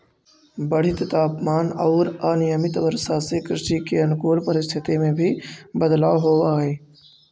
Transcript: बढ़ित तापमान औउर अनियमित वर्षा से कृषि के अनुकूल परिस्थिति में भी बदलाव होवऽ हई